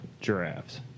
giraffes